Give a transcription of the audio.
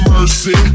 Mercy